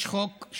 יש חוק.